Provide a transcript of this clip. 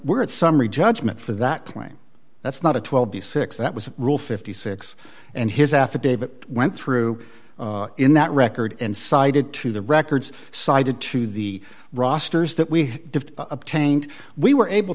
we're at summary judgment for that claim that's not a twelve b six that was a rule fifty six and his affidavit went through in that record and cited to the records cited to the rosters that we obtained we were able